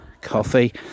coffee